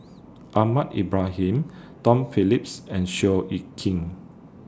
Ahmad Ibrahim Tom Phillips and Seow Yit Kin